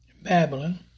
Babylon